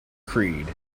creed